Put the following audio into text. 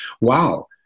wow